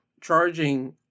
charging